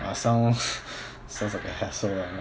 !wah! sounds sounds like a hassle ah